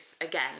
again